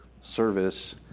service